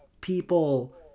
people